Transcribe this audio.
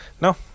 No